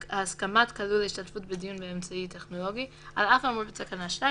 הסכמת כלוא להשתתפות בדיון באמצעי טכנולוגי 2ב. על אף האמור בתקנה 2,